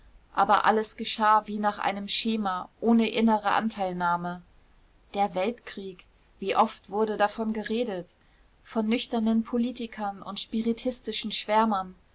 aber alles geschah wie nach einem schema ohne innere anteilnahme der weltkrieg wie oft wurde davon geredet von nüchternen politikern und spiritistischen schwärmern